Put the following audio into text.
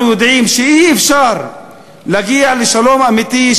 אנחנו יודעים שאי-אפשר להגיע לשלום אמיתי,